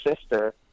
sister